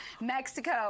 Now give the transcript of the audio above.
Mexico